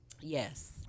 yes